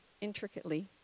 intricately